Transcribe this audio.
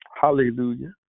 hallelujah